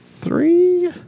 three